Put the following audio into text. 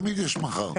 תמיד יש מחר.